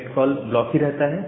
select call block ही रहता है